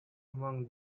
among